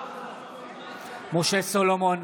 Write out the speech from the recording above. אינו נוכח משה סולומון,